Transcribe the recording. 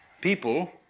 people